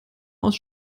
aus